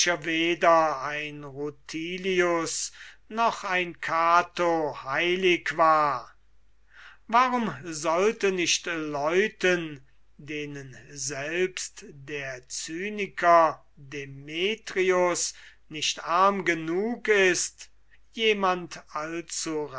ein rutilius noch ein cato heilig war warum sollte nicht leuten denen der cyniker demetrius nicht arm genug ist jemand allzu